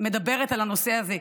מדברת על הנושא הזה.